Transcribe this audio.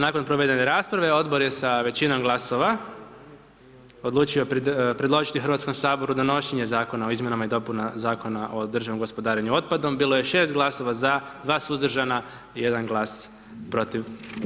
Nakon provedene rasprave odbor je sa većinom glasova odlučio predložiti Hrvatskom saboru donošenje Zakona o izmjenama i dopunama Zakona o državnom gospodarenju otpadom, bilo je 6 glasova za, 2 suzdržana i 1 glas protiv.